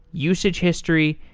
usage history,